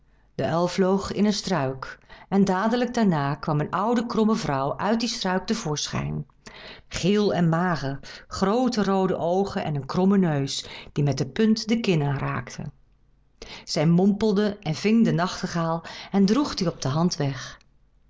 de uil vloog in een struik en dadelijk daarna kwam een oude kromme vrouw uit die struik te voorschijn geel en mager groote roode oogen en een kromme neus die met de punt de kin aanraakte zij mompelde en ving den nachtegaal en droeg dien op de hand weg